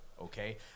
Okay